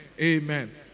amen